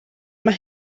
mae